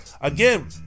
again